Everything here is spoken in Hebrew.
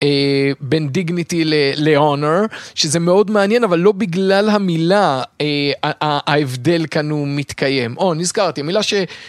בין Dignity ל-Honor, שזה מאוד מעניין, אבל לא בגלל המילה ההבדל כאן הוא מתקיים. או, נזכרתי, מילה ש...